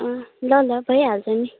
ल ल भइहाल्छ नि